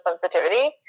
sensitivity